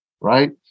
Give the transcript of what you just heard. right